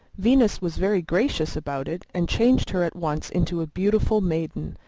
venus was very gracious about it, and changed her at once into a beautiful maiden,